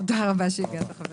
תודה רבה שהגעת.